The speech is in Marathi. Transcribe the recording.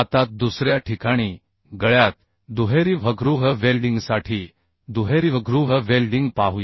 आता दुसऱ्या ठिकाणी गळ्यात दुहेरी Vग्रूव्ह वेल्डिंगसाठी दुहेरी V ग्रूव्ह वेल्डिंग पाहूया